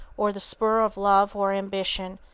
or the spur of love or ambition,